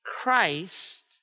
Christ